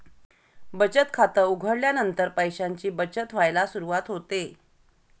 बचत खात उघडल्यानंतर पैशांची बचत व्हायला सुरवात होते